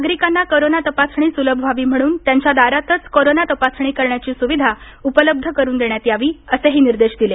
नागरिकांना कोरोना तपासणी सुलभ व्हावी म्हणून त्यांच्या दारातच कोरोना तपासणी करण्याची सुविधा उपलब्ध करून देण्यात यावी असे निर्देश त्यांनी दिले